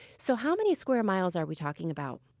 so, how many square miles are we talking about?